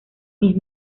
mis